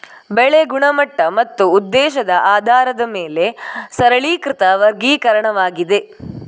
ಬೆಳೆ ಗುಣಮಟ್ಟ ಮತ್ತು ಉದ್ದೇಶದ ಆಧಾರದ ಮೇಲೆ ಸರಳೀಕೃತ ವರ್ಗೀಕರಣವಾಗಿದೆ